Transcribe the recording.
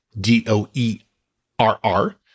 D-O-E-R-R